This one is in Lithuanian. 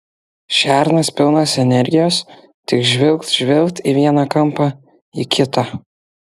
šernas pilnas energijos tik žvilgt žvilgt į vieną kampą į kitą